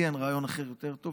לי אין רעיון אחר יותר טוב,